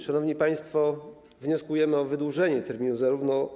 Szanowni państwo, wnioskujemy o wydłużenie terminów.